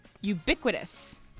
ubiquitous